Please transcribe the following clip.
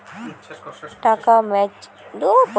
টাকা ম্যাচিওরড হবার পর কেমন করি টাকাটা তুলিম?